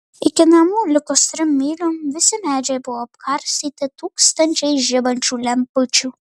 iki namų likus trim myliom visi medžiai buvo apkarstyti tūkstančiais žibančių lempučių